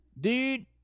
Dude